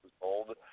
old